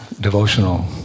devotional